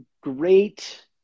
great